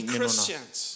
Christians